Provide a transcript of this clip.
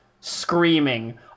Screaming